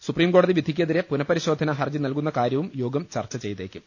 supreme കോടതി വിധിക്കെതിരെ പുനഃപരിശോധനാ ഹർജി നൽകുന്ന കാര്യവും യോഗം ചർച്ചചെയ്തേക്കും